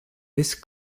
this